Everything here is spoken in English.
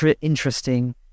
interesting